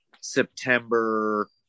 September